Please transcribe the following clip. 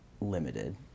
limited